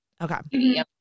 Okay